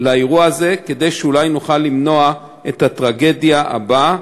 כדי שאולי נוכל למנוע את הטרגדיה הבאה,